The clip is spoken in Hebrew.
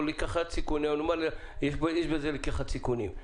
או לקיחת סיכונים, אומר שיש בזה לקיחת סיכונים.